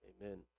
Amen